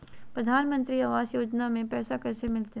प्रधानमंत्री आवास योजना में पैसबा कैसे मिलते?